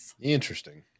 Interesting